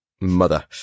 mother